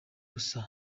gasana